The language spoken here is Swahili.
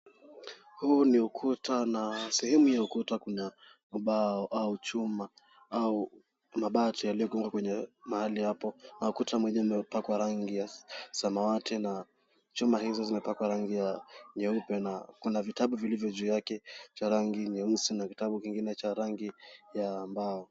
Huu ni ukuta na sehemu ya ukuta kuna ubao au chuma au mabati yaliyogongwa kwenye mahali hapo, ukuta mwenyewe umepakwa rangi ya samawati na chuma hizo zimepakwa rangi ya nyeupe na kuna vitabu vilivyo juu yake cha rangi nyeusi na kitabu kingine cha rangi ya mbao